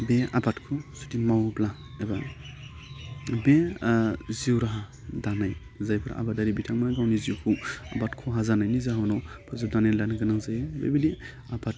बे आबादखौ जुदि मोवोब्ला एबा बे जिउ राहा दानाय जायफोर आबादारि बिथांमोन गावनि जिउखौ आबाद खहा जानायनि जाउनाव फोजोबनानै लानो गोनां जायो बे बायदि आबाद